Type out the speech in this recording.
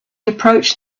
approached